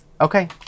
Okay